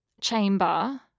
chamber